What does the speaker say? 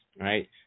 right